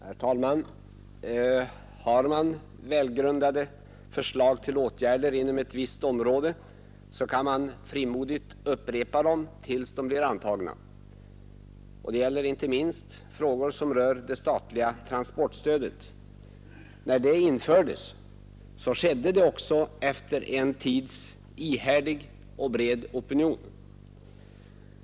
Herr talman! Har man välgrundade förslag till åtgärder inom ett visst område kan man frimodigt upprepa dem tills de blir antagna. Och det gäller inte minst frågor som rör det statliga transportstödet. När detta infördes skedde det också efter det att en ihärdig och bred opinion under en tid gjort sig hörd.